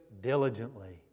diligently